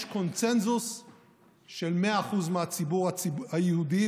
קונסנזוס של מאה אחוז בציבור היהודי,